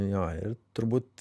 jo ir turbūt